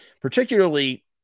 particularly –